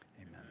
amen